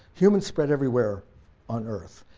humans spread everywhere on earth,